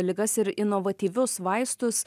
ligas ir inovatyvius vaistus